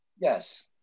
Yes